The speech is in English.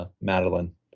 Madeline